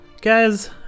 guys